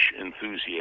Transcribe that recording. enthusiast